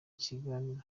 kiganiro